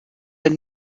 elle